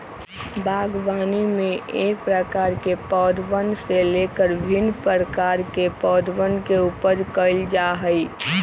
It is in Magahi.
बागवानी में एक प्रकार के पौधवन से लेकर भिन्न प्रकार के पौधवन के उपज कइल जा हई